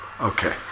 Okay